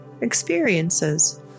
experiences